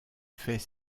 fait